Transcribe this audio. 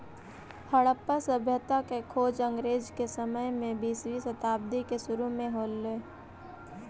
हड़प्पा सभ्यता के खोज अंग्रेज के समय में बीसवीं शताब्दी के सुरु में हो ले